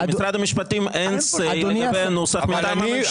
למשרד המשפטים אין סיי לגבי הנוסח מטעם הממשלה.